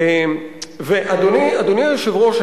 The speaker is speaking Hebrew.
אדוני היושב-ראש,